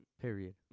Period